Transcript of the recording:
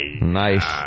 Nice